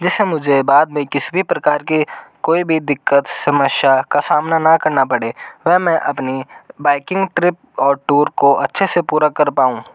जिसे मुझे बाद में किसी भी प्रकार की कोई भी दिक्कत समस्या का सामना न करना पड़े वे मैं अपनी बाइकिंग ट्रिप और टूर को अच्छे से पूरा कर पाऊँ